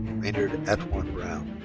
raynard antwan brown.